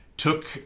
Took